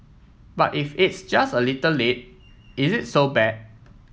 but if it's just a little late is it so bad